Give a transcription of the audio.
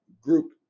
group